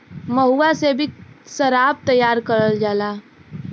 महुआ से भी सराब तैयार करल जाला